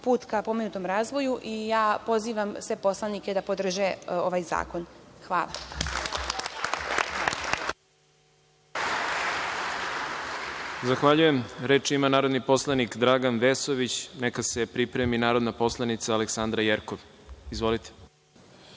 put ka pomenutom razvoju i pozivam sve poslanike da podrže ovaj zakon. hvala. **Đorđe Milićević** Reč ima narodni poslanik Dragan Vesović. Neka se pripremi narodna poslanica Aleksandra Jerkov. **Dragan